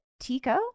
Tico